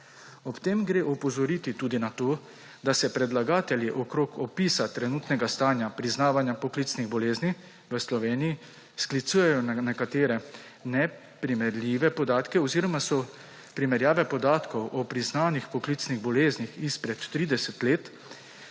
Ob tem gre opozoriti tudi na to, da se predlagatelji okrog opisa trenutnega stanja priznavanja poklicnih bolezni v Sloveniji sklicujejo na nekatere neprimerljive podatke oziroma so primerjave podatkov o priznanih poklicnih boleznih izpred 30 let